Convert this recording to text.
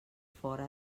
fora